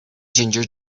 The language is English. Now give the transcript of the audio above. ginger